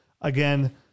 again